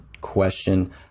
question